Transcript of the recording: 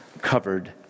covered